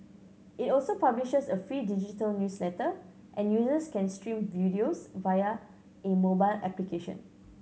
it also publishes a free digital newsletter and users can stream videos via a mobile application